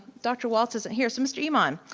dr. walts isn't here, so mr. um um